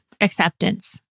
acceptance